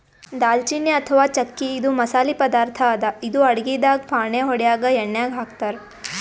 ದಾಲ್ಚಿನ್ನಿ ಅಥವಾ ಚಕ್ಕಿ ಇದು ಮಸಾಲಿ ಪದಾರ್ಥ್ ಅದಾ ಇದು ಅಡಗಿದಾಗ್ ಫಾಣೆ ಹೊಡ್ಯಾಗ್ ಎಣ್ಯಾಗ್ ಹಾಕ್ತಾರ್